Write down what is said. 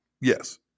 Yes